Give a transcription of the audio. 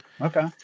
Okay